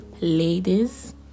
ladies